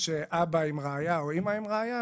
יש אבא עם רעיה או אמא עם רעיה,